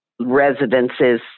residences